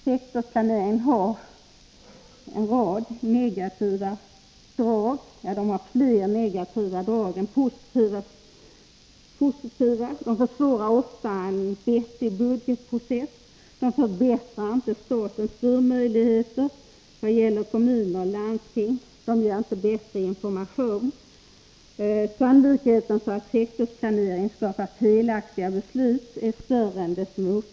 Sektorsplaneringen har fler negativa än positiva drag. Den försvårar ofta en vettig budgetprocess. Den förbättrar inte statens möjligheter att styra kommuner och landsting. Den ger inte bättre information. Sannolikheten att sektorsplanering skapar Nr 18 felaktiga beslut är större än motsatsen.